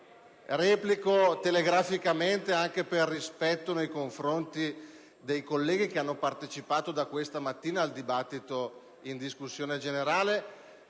replicare telegraficamente, anche per rispetto nei confronti dei colleghi che hanno partecipato da questa mattina alla discussione, senza